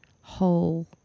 whole